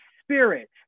spirit